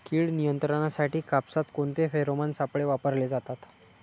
कीड नियंत्रणासाठी कापसात कोणते फेरोमोन सापळे वापरले जातात?